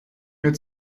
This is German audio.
mir